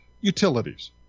utilities